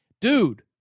Dude